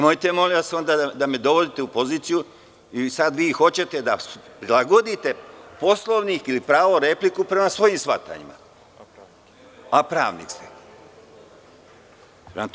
Molim vas nemojte da me dovodite u poziciju… vi sada hoćete da prilagodite Poslovnik ili pravo na repliku prema svojim shvatanjima, a pravnik ste.